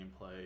gameplay